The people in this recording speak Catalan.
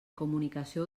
comunicació